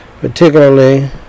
particularly